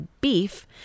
beef